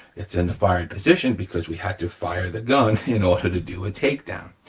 it's in the fired position because we had to fire the gun in order to do a takedown.